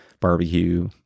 barbecue